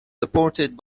supported